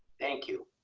thank you.